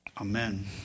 Amen